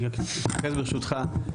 אני רק אתייחס, ברשותך.